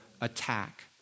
attack